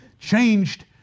changed